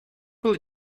will